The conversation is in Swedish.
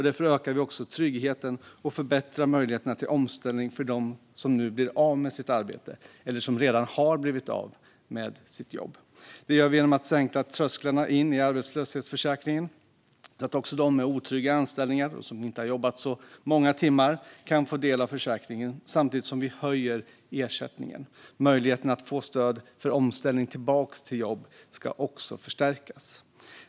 Därför ökar vi också tryggheten och förbättrar möjligheterna till omställning för dem som blir av med sitt arbete eller som redan har blivit av med sitt jobb. Det gör vi genom att sänka trösklarna in i arbetslöshetsförsäkringen, så att även de med otrygga anställningar och de som inte har jobbat så många timmar kan få del av försäkringen samtidigt som vi höjer ersättningen. Möjligheterna att få stöd för omställning tillbaka till jobb ska också förstärkas.